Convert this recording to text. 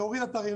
להוריד אתרים,